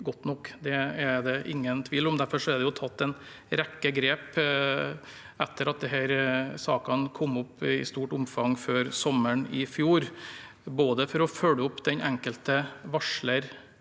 Det er det ingen tvil om. Derfor er det tatt en rekke grep etter at disse sakene kom opp i stort omfang før sommeren i fjor, både for å følge opp den enkelte varsler